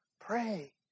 pray